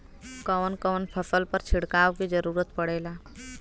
कवन कवन फसल पर छिड़काव के जरूरत पड़ेला?